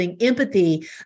empathy